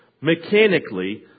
mechanically